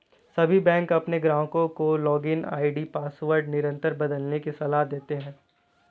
सभी बैंक अपने ग्राहकों को लॉगिन आई.डी पासवर्ड निरंतर बदलने की सलाह देते हैं